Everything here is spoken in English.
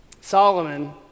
Solomon